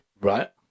Right